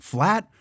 Flat